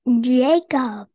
Jacob